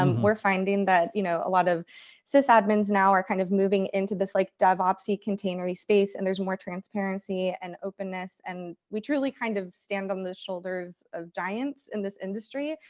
we're finding that you know a lot of sys admins now are kind of moving into this, like, dev opsy containery space, and there's more transparency and openness. and we truly kind of stand on the shoulders of giants in this industry.